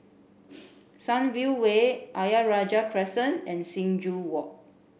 Sunview Way Ayer Rajah Crescent and Sing Joo Walk